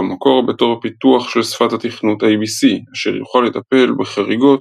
במקור בתור פיתוח של שפת התכנות ABC אשר יוכל לטפל בחריגות